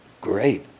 great